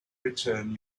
return